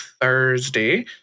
Thursday